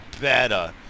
better